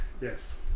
yes